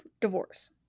divorce